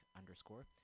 underscore